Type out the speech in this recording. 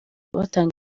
batanga